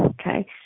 Okay